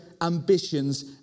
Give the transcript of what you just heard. ambitions